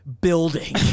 building